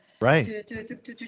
right